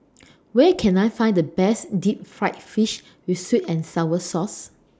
Where Can I Find The Best Deep Fried Fish with Sweet and Sour Sauce